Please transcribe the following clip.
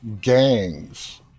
gangs